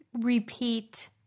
repeat